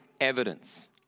evidence